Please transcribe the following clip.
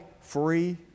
free